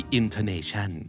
intonation